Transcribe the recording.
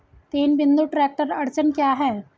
तीन बिंदु ट्रैक्टर अड़चन क्या है?